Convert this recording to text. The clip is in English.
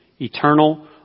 eternal